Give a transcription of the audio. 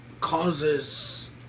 causes